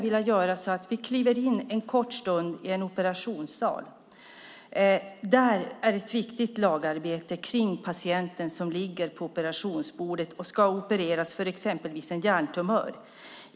Vi kliver in en kort stund i en operationssal. Där sker ett viktigt lagarbete kring patienten som ligger på operationsbordet och ska opereras för exempelvis en hjärntumör.